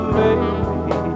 baby